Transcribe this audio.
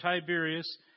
Tiberius